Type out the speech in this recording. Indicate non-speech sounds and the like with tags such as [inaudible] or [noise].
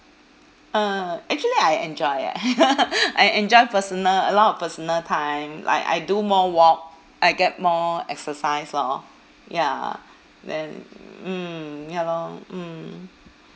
uh actually I enjoy eh [laughs] I enjoy personal a lot of personal time I I do more walk I get more exercise lor ya then mm ya lor mm